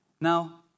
Now